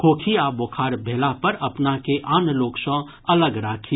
खोखी आ बोखार भेला पर अपना के आन लोक सँ अलग राखी